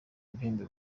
ibihembo